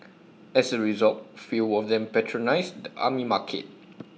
as A result fewer of them patronise the Army Market